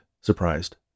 surprised